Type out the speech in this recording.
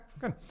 Good